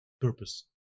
purpose